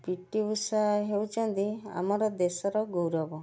ପିଟିଉସାହା ହେଉଛନ୍ତି ଆମର ଦେଶର ଗୌରବ